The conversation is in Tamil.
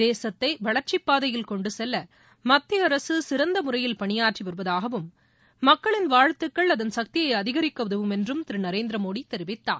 தேசத்தை வளர்ச்சிப் பாதையில் கொண்டு செல்ல மத்திய அரசு சிறந்த முறையில் பணியாற்றி வருவதாகவும் மக்களின் வாழ்த்துக்கள் அதன் சக்தியை அதிகரிக்க உதவும் என்றும் திரு நரேந்திர மோடி தெரிவித்தார்